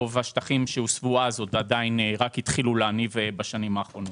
רוב השטחים שהוסבו אז רק התחילו להניב בשנים האחרונות.